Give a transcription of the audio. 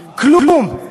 כלום.